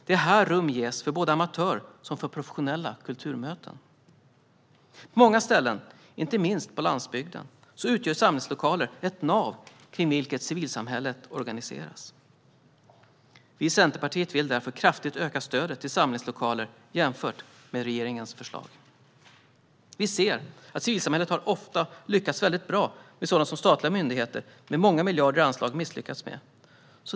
Det är här rum ges för både amatörer och professionella kulturmöten. På många ställen, inte minst på landsbygden, utgör samlingslokalerna ett nav kring vilket civilsamhället organiseras. Vi i Centerpartiet vill därför kraftigt öka stödet till samlingslokaler jämfört med regeringens förslag. Vi ser att civilsamhället ofta har lyckats väldigt bra med sådant som statliga myndigheter med många miljarder i anslag har misslyckats med.